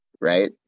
right